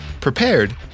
prepared